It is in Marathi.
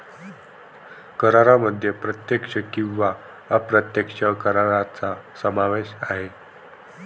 करांमध्ये प्रत्यक्ष किंवा अप्रत्यक्ष करांचा समावेश आहे